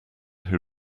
who